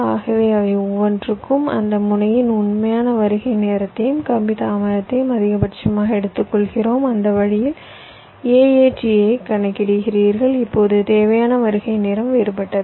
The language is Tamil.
ஆகவே அவை ஒவ்வொன்றிற்கும் அந்த முனையின் உண்மையான வருகை நேரத்தையும் கம்பி தாமதத்தையும் அதிகபட்சமாக எடுத்துக்கொள்கிறோம் அந்த வழியில் AAT ஐக் கணக்கிடுகிறீர்கள் இப்போது தேவையான வருகை நேரம் வேறுபட்டது